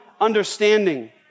understanding